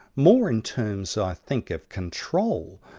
more in terms i think of control.